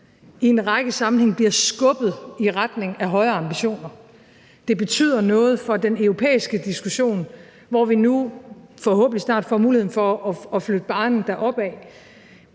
i en række sammenhænge bliver skubbet i retning af højere ambitioner. Det betyder noget for den europæiske diskussion, hvor vi nu forhåbentlig snart får muligheden for at flytte barren deropad.